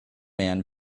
man